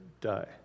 die